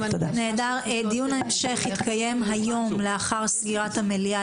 דיון ההמשך יתקיים היום לאחר סגירת המליאה,